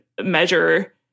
measure